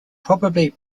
probably